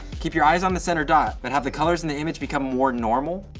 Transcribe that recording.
keep your eyes on the center dot and have the colors in the image, become more normal.